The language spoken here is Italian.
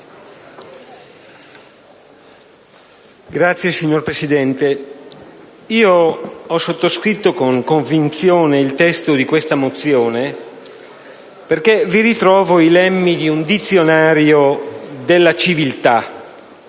*(PD)*. Signor Presidente, ho sottoscritto con convinzione il testo della mozione n. 112, perché vi ritrovo i lemmi di un dizionario della civiltà,